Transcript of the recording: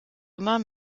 immer